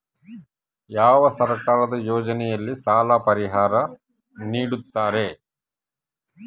ಯಾವ ಸರ್ಕಾರದ ಯೋಜನೆಯಲ್ಲಿ ಸಾಲ ಪರಿಹಾರ ನೇಡುತ್ತಾರೆ?